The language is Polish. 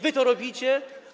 Wy to robicie.